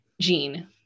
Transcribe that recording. gene